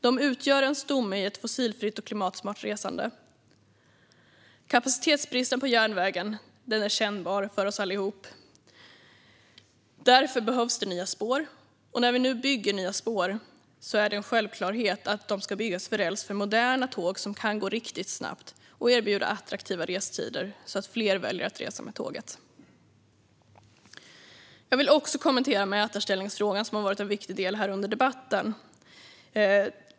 De utgör en stomme i ett fossilfritt och klimatsmart resande. Kapacitetsbristen på järnvägen är kännbar för oss alla, och därför behövs nya spår. Och när vi nu bygger nya spår är det en självklarhet att bygga räls för moderna tåg som kan gå riktigt snabbt och erbjuda attraktiva restider så att fler väljer att resa med tåget. Jag vill också kommentera mätarställningsfrågan, som har varit en viktig del under debatten.